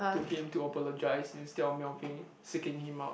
to him to apologise instead of Melvin seeking him out